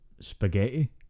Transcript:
spaghetti